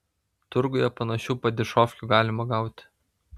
turguje panašių padišofkių galima gauti